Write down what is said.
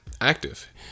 active